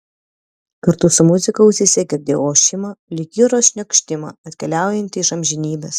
kartu su muzika ausyse girdėjau ošimą lyg jūros šniokštimą atkeliaujantį iš amžinybės